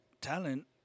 talent